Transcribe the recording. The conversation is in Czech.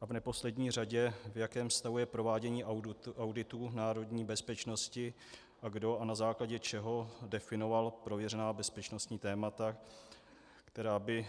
A v neposlední řadě, v jakém stavu je provádění auditu národní bezpečnosti a kdo a na základě čeho definoval prověřená bezpečnostní témata, která by,